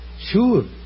Sure